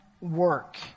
work